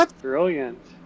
brilliant